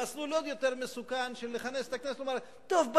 למסלול עוד יותר מסוכן של לכנס את הכנסת ולומר: טוב,